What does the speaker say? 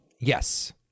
Yes